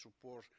support